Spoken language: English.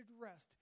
rest